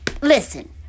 Listen